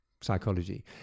psychology